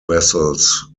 vessels